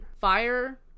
fire